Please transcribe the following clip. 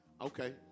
Okay